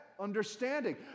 Understanding